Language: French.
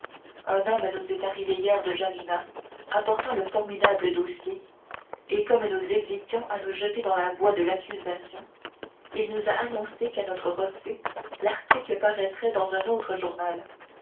un homme nous est arrivé hier de janina apportant le formidable dossier et comme nous hésitions à nous jeter dans la voie de l'accusation il nous a annoncé qu'à notre refus l'article paraîtrait dans un autre journal